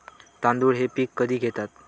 तांदूळ हे पीक कधी घेतात?